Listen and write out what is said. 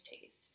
taste